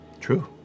True